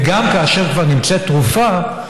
וגם כאשר כבר נמצאת תרופה,